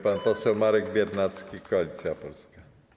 Pan poseł Marek Biernacki, Koalicja Polska.